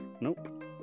Nope